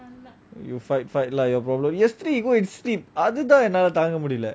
you fight fight lah your problem yesterday he go and sleep அது தான் என்னால தங்க முடியல:athu thaan ennala thanga mudiyala